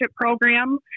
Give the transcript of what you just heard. program